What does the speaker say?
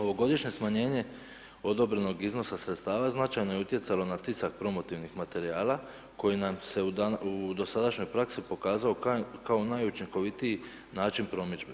Ovogodišnje smanjenje odobrenog iznosa sredstava, značajno je utjecalo na tisak promotivnih materijala koji nam se u dosadašnjoj praski pokazao kao najučinkovitiji način promidžbe.